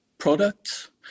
product